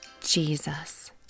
Jesus